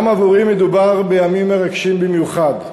גם עבורי מדובר בימים מרגשים במיוחד.